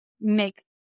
make